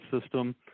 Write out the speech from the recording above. system